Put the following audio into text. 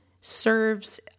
serves